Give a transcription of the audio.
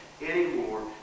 anymore